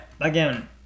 again